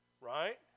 right